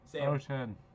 Ocean